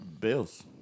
Bills